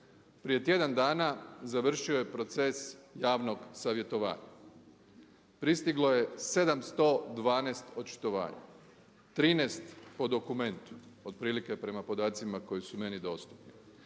Prije tjedan dana završio je proces javnog savjetovanja, pristiglo je 712 očitovanja, 13 po dokumentu, otprilike prema podacima koji su meni dostupni.